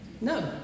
No